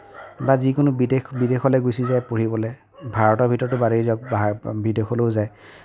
বা যিকোনো বিদেশ বিদেশলৈ গুচি যায় পঢ়িবলৈ ভাৰতৰ ভিতৰততো বাদেই দিয়ক বিদেশলৈও যায়